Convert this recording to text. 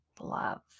love